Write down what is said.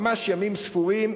ממש ימים ספורים,